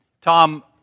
Tom